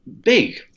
big